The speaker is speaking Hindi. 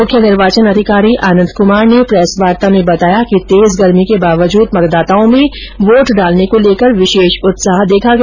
मुख्य निर्वाचन अधिकारी आनंद कुमार ने प्रेसवार्ता में बताया कि तेज गर्मी के बावजूद मतदाताओं में वोट डालने को लेकर विशेष उत्साह देखा गया